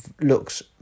looks